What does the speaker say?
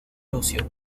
lucio